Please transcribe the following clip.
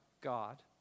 God